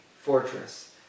fortress